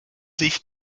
sich